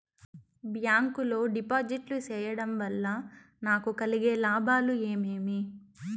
Bank లో డిపాజిట్లు సేయడం వల్ల నాకు కలిగే లాభాలు ఏమేమి?